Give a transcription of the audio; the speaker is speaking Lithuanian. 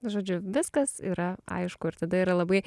žodžiu viskas yra aišku ir tada yra labai